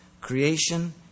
creation